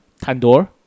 tandoor